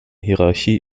hierarchie